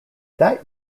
that